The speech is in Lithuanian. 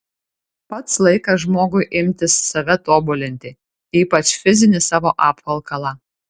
pats laikas žmogui imtis save tobulinti ypač fizinį savo apvalkalą